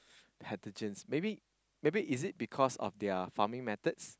pathogens maybe maybe is it because of their farming methods